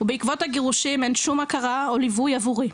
ובעקבות הגירושין אין שום הכרה או ליווי עבורי.